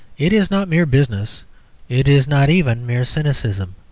it is not mere business it is not even mere cynicism.